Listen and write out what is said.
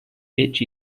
itchy